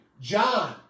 John